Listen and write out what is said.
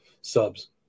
subs